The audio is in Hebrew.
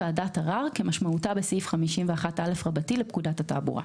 "ועדת ערר" כמשמעותה בסעיף 55א לפקודת התעבורה.